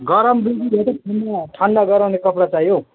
गरम बेसी भयो कि ठन्डा ठन्डा गराउने कपडा चाहियो